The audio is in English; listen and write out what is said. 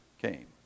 came